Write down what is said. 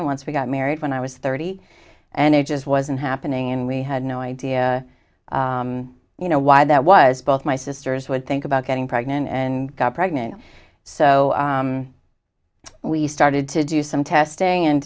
children once we got married when i was thirty and it just wasn't happening and we had no idea you know why that was both my sisters would think about getting pregnant and got pregnant so we started to do some testing and